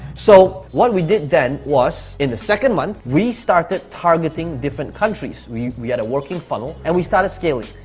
so what we did then was, in the second month, we started targeting different countries. we we had a working funnel and we started scaling.